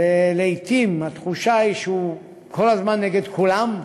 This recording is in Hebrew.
ולעתים התחושה היא שהוא כל הזמן נגד כולם,